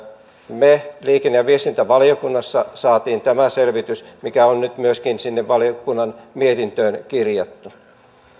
me liikenne ja viestintävaliokunnassa saimme tämän selvityksen mikä on nyt myöskin sinne valiokunnan mietintöön kirjattu